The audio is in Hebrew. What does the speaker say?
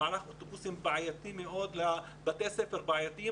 במערך אוטובוסים בעייתי מאוד לבתי ספר בעייתיים.